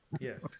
Yes